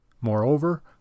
Moreover